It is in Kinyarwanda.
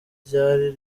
ryari